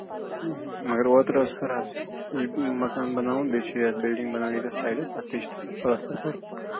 مَگر اوترٕ ٲسۍ خراب سٮ۪کھ یہِ مَکان بَناوُن بیٚیہِ چھِ یَتھ بِلڈِنٛگ بَناوٕنۍ ییٚتٮ۪تھ سایڈَس اَتھ تہِ چھِ پلسٹر کَرُن